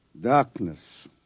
Darkness